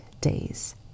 days